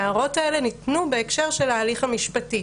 ההערות האלה ניתנו בהקשר של ההליך המשפטי,